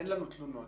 אין לנו תלונות.